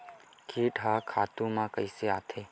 कीट ह खातु म कइसे आथे?